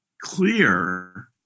clear